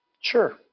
sure